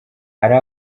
hari